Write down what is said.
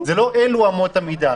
זה לא אלו אמות המידה.